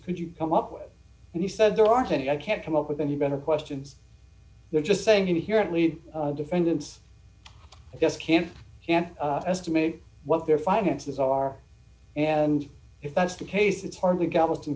could you come up with and he said there aren't any i can't come up with any better questions they're just saying here at least defendants just can't can't estimate what their finances are and if that's the case it's hardly galveston